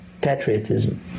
patriotism